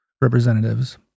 representatives